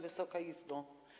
Wysoka Izbo!